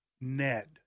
Ned